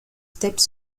steppes